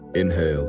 inhale